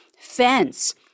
fence